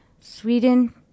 Sweden